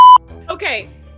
okay